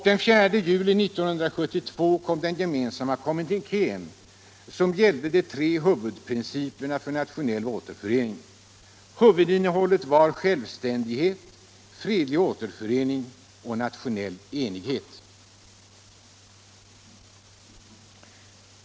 Den 4 juli 1972 kom den gemensamma kommunikén som gällde de tre huvudprinciperna för nationell återförening. Huvudinnehållet var självständighet, fredlig återförening och nationell enighet.